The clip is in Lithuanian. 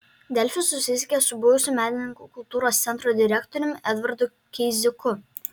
delfi susisiekė su buvusiu medininkų kultūros centro direktoriumi edvardu keiziku